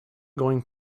going